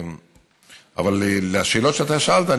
אבל לשאלות ששאלת,